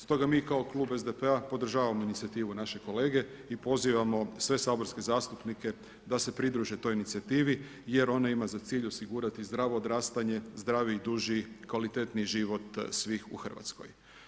Stoga mi kao klub SDP-a podržavam inicijativu našeg kolege i pozivamo sve saborske zastupnike da se pridruže toj inicijativi jer ona ima za cilj osigurati zdravo odrastanje, zdravi i duži, kvalitetniji život svih u Hrvatskoj.